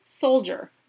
soldier